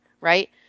Right